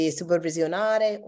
supervisionare